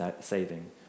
saving